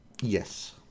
Yes